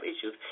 issues